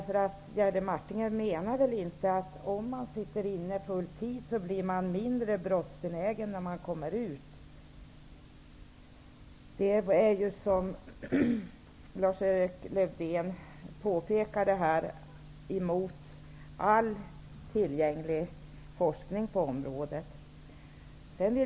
För Jerry Martinger menar väl inte, att om man sitter inne full tid, blir man mindre brottsbenägen när man kommer ut? Det är, som Lars-Erik Lövdén påpekade, mot all tillgänglig forskning på området.